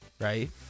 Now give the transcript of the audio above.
right